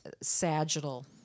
sagittal